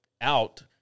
out